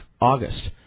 August